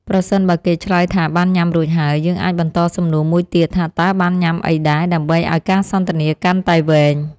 ប្រសិនបើគេឆ្លើយថាបានញ៉ាំរួចហើយ យើងអាចបន្តសំណួរមួយទៀតថាតើបានញ៉ាំអីដែរដើម្បីឱ្យការសន្ទនាកាន់តែវែង។